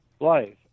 life